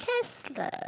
Kessler